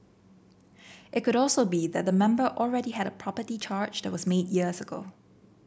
it could also be that the member already had property charge that was made years ago